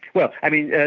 well i mean,